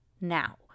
Now